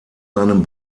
seinem